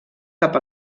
cap